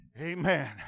Amen